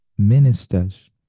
Ministers